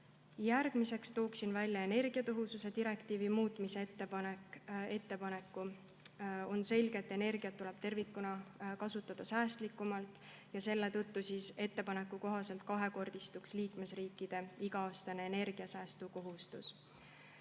Järgmisena tooksin välja energiatõhususe direktiivi muutmise ettepaneku. On selge, et energiat tuleb tervikuna kasutada säästlikumalt, ja selle tõttu peaks ettepaneku kohaselt kahekordistuma liikmesriikide iga-aastane energiasäästukohustus.